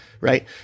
right